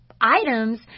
items